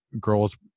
girls